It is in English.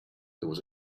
there